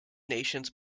nations